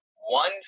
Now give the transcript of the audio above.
One